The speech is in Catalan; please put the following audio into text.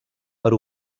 per